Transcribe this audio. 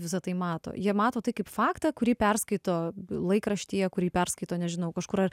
visa tai mato jie mato tai kaip faktą kurį perskaito laikraštyje kurį perskaito nežinau kažkur ar